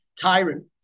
tyrant